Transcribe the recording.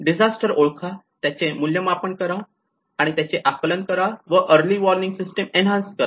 disaster ओळखा त्याचे मूल्यांकन करा आणि त्याचे आकलन करा व अरली वॉर्निंग सिस्टीम एन्हान्स करा